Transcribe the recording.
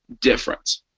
difference